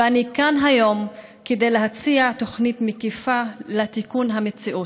ואני כאן היום כדי להציע תוכנית מקיפה לתיקון המציאות.